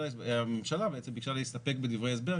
הממשלה בעצם ביקשה להסתפק בדברי הסבר,